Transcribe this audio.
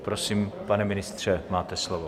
Prosím, pane ministře, máte slovo.